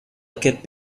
aquest